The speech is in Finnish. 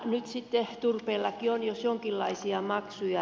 nyt sitten turpeellakin on jos jonkinlaisia maksuja